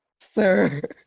sir